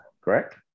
correct